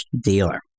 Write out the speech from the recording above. dealer